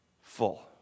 full